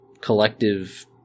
collective